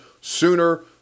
sooner